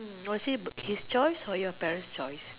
was it his choice or your parents choice